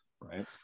Right